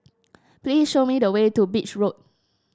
please show me the way to Beach Road